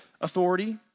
authority